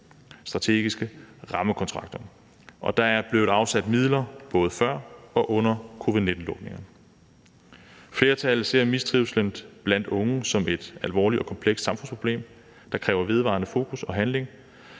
strategiske rammekontrakter, og der er blevet afsat midler både før og under covid-19-nedlukningerne. Flertallet ser mistrivslen blandt unge som et alvorligt og komplekst samfundsproblem, der kræver vedvarende fokus og handling.